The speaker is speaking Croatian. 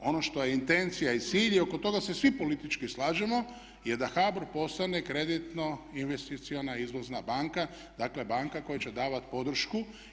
Ono što je intencija i cilj i oko toga se svi politički slažemo je da HBOR postane kreditno investicijska izvozna banka, dakle banka koja će davati podršku.